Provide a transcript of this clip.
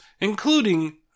including